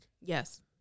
Yes